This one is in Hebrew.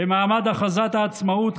במעמד הכרזת העצמאות,